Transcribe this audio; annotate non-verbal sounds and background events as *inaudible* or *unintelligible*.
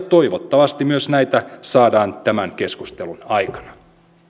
*unintelligible* toivottavasti myös näitä saadaan tämän keskustelun aikana